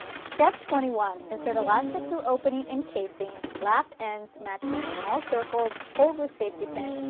step twenty one insert elastic through opening in casing, lap ends matching small circles, hold with safety pin,